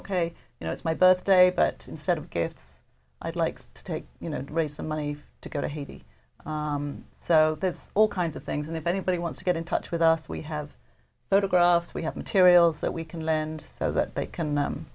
ok you know it's my birthday but instead of gifts i'd like to take you know raise some money to go to haiti so there's all kinds of things and if anybody wants to get in touch with us we have photographs we have materials that we can lend so that they can